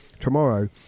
tomorrow